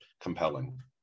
compelling